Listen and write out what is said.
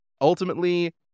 ultimately